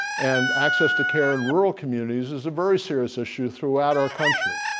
and access to care in rural communities is a very serious issue throughout our country.